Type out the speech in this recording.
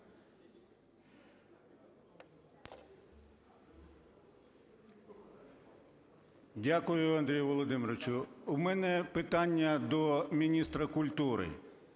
Дякую, Андрій Володимирович. У мене питання до міністра культури.